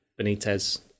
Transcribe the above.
Benitez